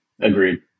Agreed